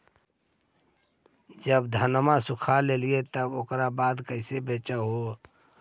जब धनमा सुख ले हखिन उकर बाद कैसे बेच हो?